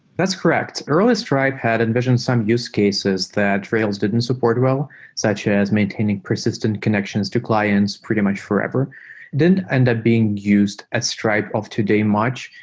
that's correct. early stripe had envisioned some use cases that rails didn't support well such as maintaining persistence connections to clients pretty much forever. it didn't end up being used at stripe of today much.